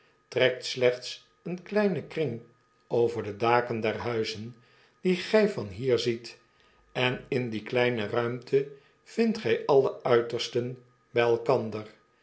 trekt slechts een kleinen kring over de daken der huizen die gij van hier ziet en in die kleine ruimte vindt gij alle uitersten by elkander